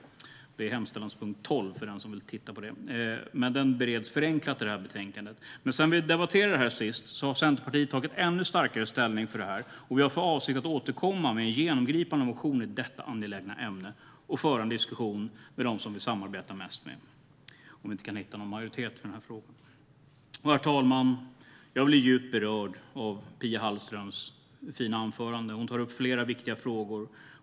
Det är hemställanspunkt 12, för den som vill titta på den. Motionen bereds förenklat i detta betänkande. Sedan vi debatterade detta senast har Centerpartiet tagit ännu starkare ställning, och vi har för avsikt att återkomma med en genomgripande motion i detta angelägna ämne och föra en diskussion med dem vi samarbetar mest med om vi inte kan hitta en majoritet för frågan. Herr talman! Jag blev djupt berörd av Pia Hallströms fina anförande. Hon tar upp flera viktiga frågor.